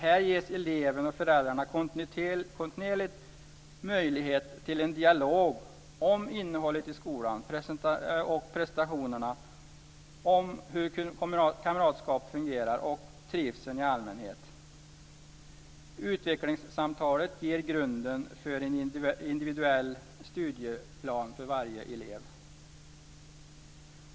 Här ges eleven och föräldrarna kontinuerligt möjlighet till en dialog om innehållet i skolan, prestationerna, om hur kamratskap fungerar och trivseln i allmänhet. Utvecklingssamtalet ger grunden för en individuell studieplan för varje elev.